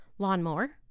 Lawnmower